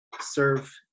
serve